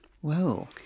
Whoa